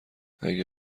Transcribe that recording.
اگه